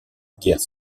guerre